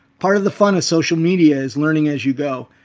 part of the fun of social media is learning as you go.